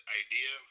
idea